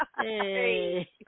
Hey